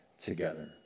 together